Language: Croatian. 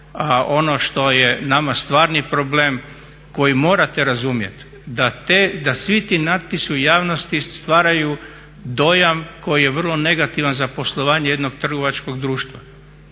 ono što je nama stvarni problem koji morate razumjet da svi ti natpisi u javnosti stvaraju dojam koji je vrlo negativan za poslovanje jednog trgovačkog društva